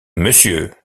monsieur